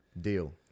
deal